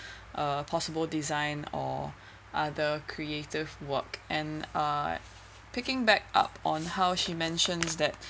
uh possible design or other creative work and err picking back up on how she mentions that